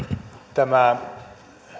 tämä